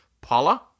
Paula